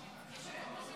יש אוטובוסים